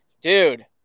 Dude